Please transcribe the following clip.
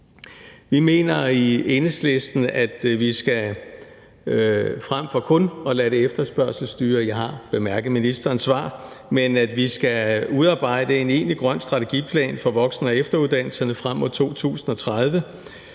Vi mener i Enhedslisten, at vi frem for kun at lade det efterspørgselsstyre – jeg har bemærket ministerens svar – skal udarbejde en egentlig grøn strategiplan for voksen- og efteruddannelserne frem mod 2030,